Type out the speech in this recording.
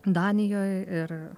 danijoj ir